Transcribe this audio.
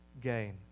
gain